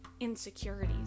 insecurities